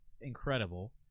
incredible